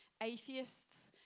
atheists